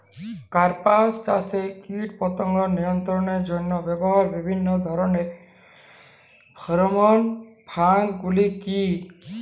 কাপাস চাষে কীটপতঙ্গ নিয়ন্ত্রণের জন্য ব্যবহৃত বিভিন্ন ধরণের ফেরোমোন ফাঁদ গুলি কী?